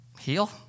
heal